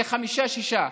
זה חמישה-שישה.